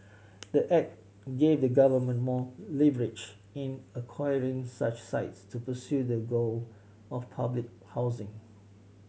the act gave the government more leverage in acquiring such sites to pursue their goal of public housing